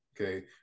Okay